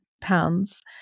pounds